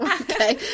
Okay